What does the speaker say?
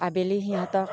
আবেলি সিহঁতক